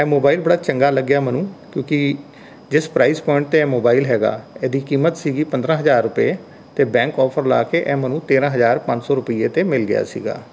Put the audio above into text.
ਇਹ ਮੋਬਾਇਲ ਬੜਾ ਚੰਗਾ ਲੱਗਿਆ ਮੈਨੂੰ ਕਿਉਂਕਿ ਜਿਸ ਪਰਾਇਜ਼ ਪੁਆਇੰਟ 'ਤੇ ਇਹ ਮੋਬਾਇਲ ਹੈਗਾ ਇਹਦੀ ਕੀਮਤ ਸੀਗੀ ਪੰਦਰਾਂ ਹਜ਼ਾਰ ਰੁਪਏ ਅਤੇ ਬੈਂਕ ਆਫਰ ਲਾ ਕੇ ਇਹ ਮੇਨੂੰ ਤੇਰ੍ਹਾਂ ਹਜ਼ਾਰ ਪੰਜ ਸੌ ਰੁਪਏ 'ਤੇ ਮਿਲ ਗਿਆ ਸੀਗਾ